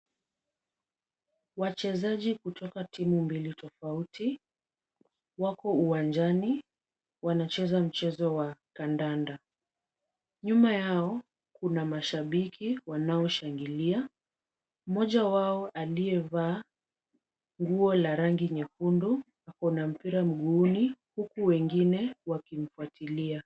Wachezaji kutoka timu mbili tofauti wako uwanjani. Wanacheza mchezo wa kandanda. Nyuma yao, kuna mashabiki wanaoshangilia. Mmoja wao aliyevaa nguo la rangi nyekundu ako na mpira mguuni huku wengine wakimfuatilia.